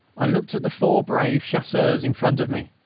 i looked at the four brave chasseurs in front of me.